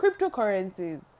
cryptocurrencies